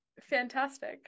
Fantastic